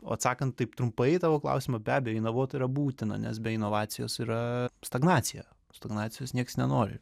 o atsakant taip trumpai į tavo klausimą be abejo inovuot tai yra būtina nes be inovacijos yra stagnacija stagnacijos nieks nenori